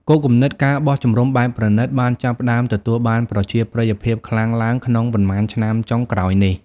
គោលគំនិត ការបោះជំរំបែបប្រណីត បានចាប់ផ្តើមទទួលបានប្រជាប្រិយភាពខ្លាំងឡើងក្នុងប៉ុន្មានឆ្នាំចុងក្រោយនេះ។